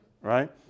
right